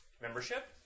membership